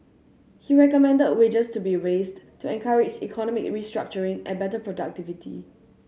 he recommended wages to be raised to encourage economic restructuring and better productivity